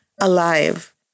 alive